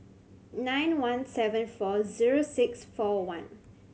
nine one seven four zero six four one